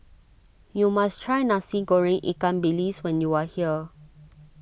you must try Nasi Goreng Ikan Bilis when you are here